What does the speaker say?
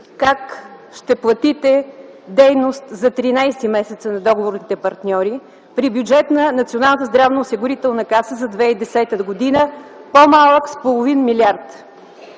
Как ще платите дейност за 13 месеца на договорните партньори при бюджет на Националната здравноосигурителна каса за 2010 г. по-малък с половин милиард,